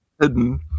hidden